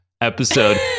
episode